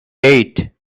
eight